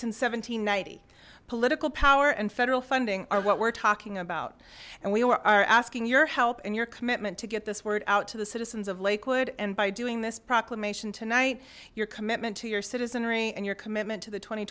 and ninety political power and federal funding are what we're talking about and we are asking your help and your commitment to get this word out to the citizens of lakewood and by doing this proclamation tonight your commitment to your citizenry and your commitment to the tw